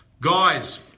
guys